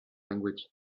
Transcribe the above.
language